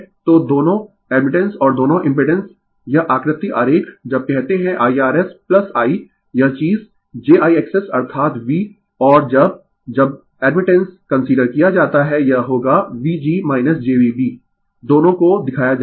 तो दोनों एडमिटेंस और दोनों इम्पिडेंस यह आकृति आरेख जब कहते है Irs I यह चीज jIXS अर्थात V और जब जब एडमिटेंस कंसीडर किया जाता है यह होगा V g jVb दोनों को दिखाया जाएगा